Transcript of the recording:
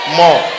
more